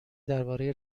درباره